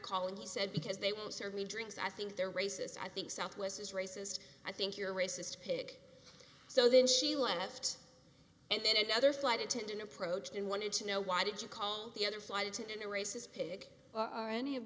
calling he said because they will serve me drinks i think they're racist i think southwest is racist i think you're a racist pig so then she left and then another flight attendant approached and wanted to know why did you call the other flight attendant a racist pig are any of